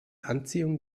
anziehung